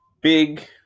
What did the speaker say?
big